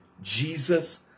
Jesus